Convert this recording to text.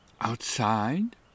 outside